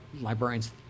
librarians